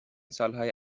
سالهای